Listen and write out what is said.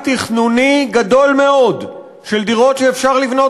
תכנוני גדול מאוד של דירות שאפשר לבנות,